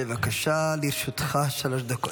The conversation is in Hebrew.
בבקשה, לרשותך שלוש דקות.